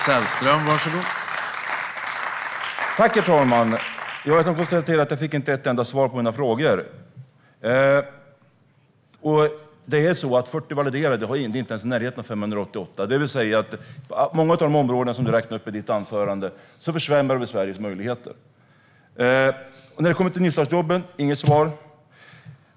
Herr talman! Jag kan konstatera att jag inte fick ett enda svar på mina frågor. Det är så att 40 validerade, det är inte ens i närheten av 588. Det vill säga att på många av de områden du räknade upp i ditt anförande försämrar vi Sveriges möjligheter. Nystartsjobben fick jag inget svar om.